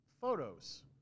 photos